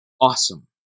awesome